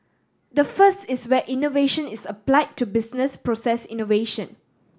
the first is where innovation is applied to business process innovation